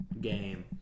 game